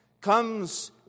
comes